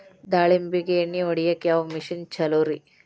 ದಾಳಿಂಬಿಗೆ ಎಣ್ಣಿ ಹೊಡಿಯಾಕ ಯಾವ ಮಿಷನ್ ಛಲೋರಿ?